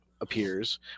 appears